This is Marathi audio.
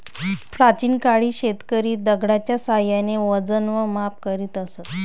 प्राचीन काळी शेतकरी दगडाच्या साहाय्याने वजन व माप करीत असत